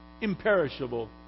imperishable